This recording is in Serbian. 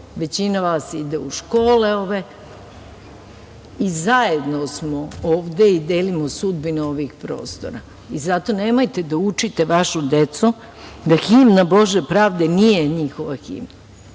većina vas ide u škole ove i zajedno smo ovde i delimo sudbinu ovih prostora i zato nemojte da učite vašu decu da himna „Bože pravde“ nije njihova himna,